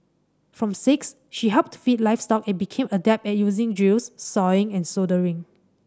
from six she helped feed livestock and became adept at using drills sawing and soldering